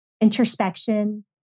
introspection